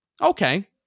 Okay